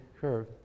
curve